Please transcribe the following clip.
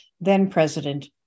then-President